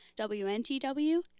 WNTW